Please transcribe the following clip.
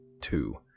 Two